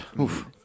Oof